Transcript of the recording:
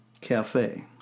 Cafe